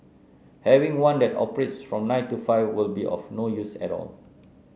having one that operates from nine to five will be of no use at all